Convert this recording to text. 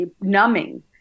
numbing